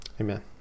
Amen